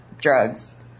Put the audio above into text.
drugs